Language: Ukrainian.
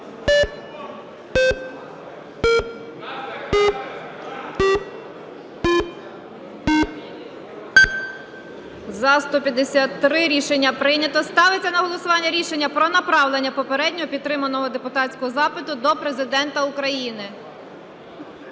За-153 Рішення прийнято. Ставиться на голосування рішення про направлення попередньо підтриманого депутатського запиту до Президента України.